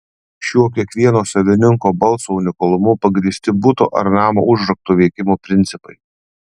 šiuo kiekvieno savininko balso unikalumu pagrįsti buto ar namo užraktų veikimo principai